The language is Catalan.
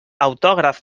autògraf